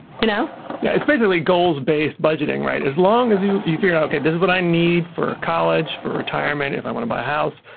you know yeah especially goals-based budgeting. as long as you you figure out, ok, this is what i need for college. for retirement. if i want to buy a house.